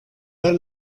ver